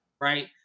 right